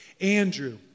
Andrew